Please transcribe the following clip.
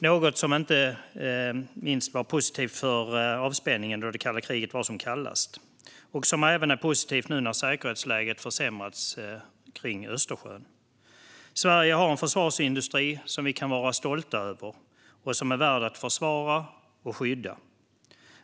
Det har varit positivt, inte minst för avspänningen då det kalla kriget var som kallast, och det är positivt nu när säkerhetsläget kring Östersjön försämrats. Sverige har en försvarsindustri som vi kan vara stolta över och som är värd att försvara och skydda.